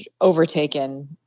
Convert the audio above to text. overtaken